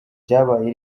ryabaye